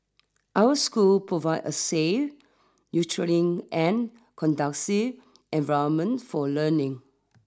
our school provide a safe nurturing and conducive environment for learning